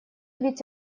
ведь